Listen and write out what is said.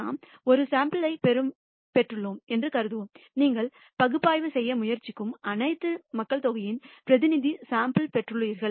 நாம் ஒரு சாம்பிள் யைப் பெற்றுள்ளோம் என்று கருதுவோம் நீங்கள் பகுப்பாய்வு செய்ய முயற்சிக்கும் அனைத்து மக்கள்தொகையின் பிரதிநிதி சாம்பிள் யையும் பெற்றுள்ளீர்கள்